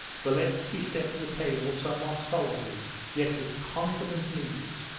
beletski stepped to the table somewhat solemnly yet with confidence and ease,